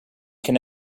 can